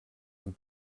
amb